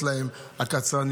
חברים,